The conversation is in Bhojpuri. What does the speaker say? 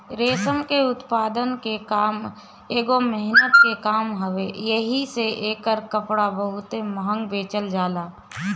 रेशम के उत्पादन के काम एगो मेहनत के काम हवे एही से एकर कपड़ा बहुते महंग बेचल जाला